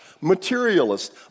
materialist